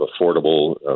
affordable